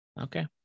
Okay